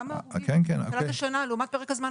כמה הרוגים יש מתחילת השנה לעומת פרק הזמן.